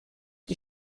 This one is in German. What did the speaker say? die